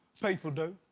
people do.